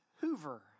Hoover